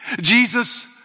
Jesus